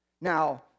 Now